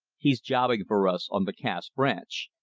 he's jobbing for us on the cass branch.